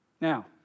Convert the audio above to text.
Now